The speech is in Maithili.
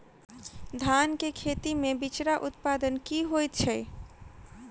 धान केँ खेती मे बिचरा उत्पादन की होइत छी?